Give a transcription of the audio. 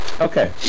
Okay